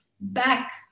back